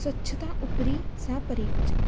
स्वच्छता उपरि सा परियोजना